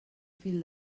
fil